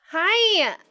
Hi